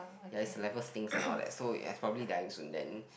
ya is levels thing and all that so as probably dying soon then